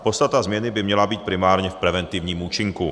Podstata změny by měla být primárně v preventivním účinku.